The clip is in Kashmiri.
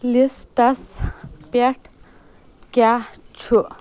لسٹس پٮ۪ٹھ کیٛاہ چھُ؟